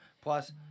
Plus